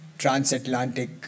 transatlantic